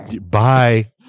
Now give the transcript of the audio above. bye